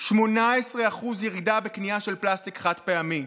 18% ירידה בקנייה של פלסטיק חד-פעמי.